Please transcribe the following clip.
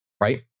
right